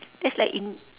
that's like in~